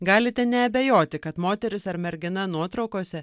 galite neabejoti kad moteris ar mergina nuotraukose